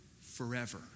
forever